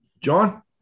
John